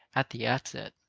at the outset,